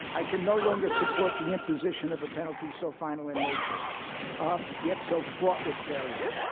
i can no longer support the imposition of a penalty so final in nature um yet so fraught with failures.